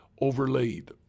overlaid